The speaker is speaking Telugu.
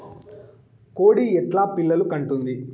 కోడి ఎట్లా పిల్లలు కంటుంది?